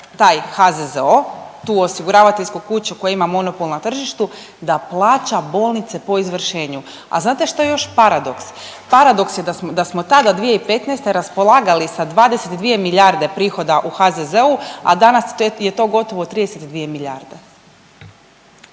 taj HZZO, tu osiguravateljsku kuću koja ima monopol na tržištu, da plaća bolnice po izvršenju. A znate šta je još paradoks? Paradoks je da smo tada 2015. raspolagali sa 22 milijarde prihoda u HZZO-u, a danas je to gotovo 32 milijarde.